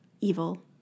evil